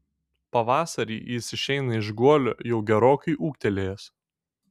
pavasarį jis išeina iš guolio jau gerokai ūgtelėjęs